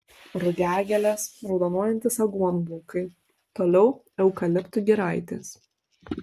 rugiagėlės raudonuojantys aguonų laukai toliau eukaliptų giraitės